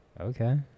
okay